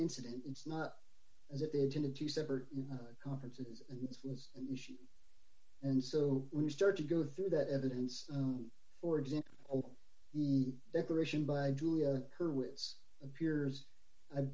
incident it's not as if they intended to separate conferences and it was an issue and so when you start to go through that evidence for example the declaration by julia hurwitz appears i